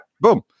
Boom